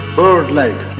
bird-like